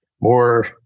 more